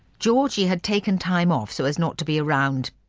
georgie had taken time off so as not to be around,